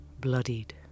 bloodied